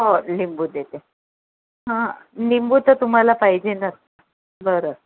हो लिंबू देते हां लिंबू त तुम्हाला पाहिजेच बरं